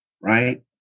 right